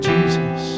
Jesus